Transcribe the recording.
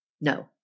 No